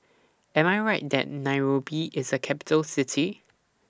Am I Right that Nairobi IS A Capital City